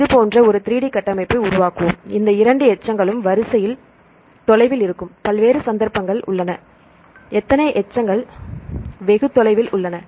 இது போன்ற ஒரு 3D கட்டமைப்பை உருவாக்குவோம் இந்த இரண்டு எச்சங்களும் வரிசையில் தொலைவில் இருக்கும் பல்வேறு சந்தர்ப்பங்கள் உள்ளன எத்தனை எச்சங்கள் வெகு தொலைவில் உள்ளன